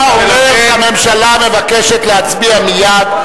אתה אומר שהממשלה מבקשת להצביע מייד,